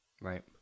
right